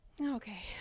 okay